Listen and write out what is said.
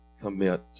commit